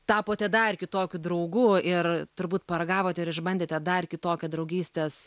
tapote dar kitokiu draugu ir turbūt paragavote ir išbandėte dar kitokią draugystės